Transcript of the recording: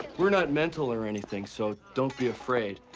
we're not mental or anything, so don't be afraid.